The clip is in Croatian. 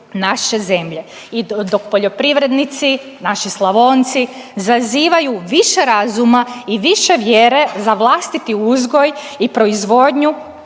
naše zemlje. I dok poljoprivrednici, naši Slavonci, zazivaju više razuma i više vjere za vlastiti uzgoj i proizvodnju,